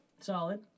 Solid